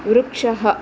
वृक्षः